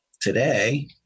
today